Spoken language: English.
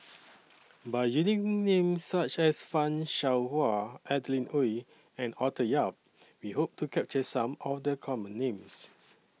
By using Names such as fan Shao Hua Adeline Ooi and Arthur Yap We Hope to capture Some of The Common Names